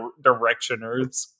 directioners